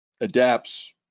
adapts